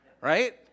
right